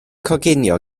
coginio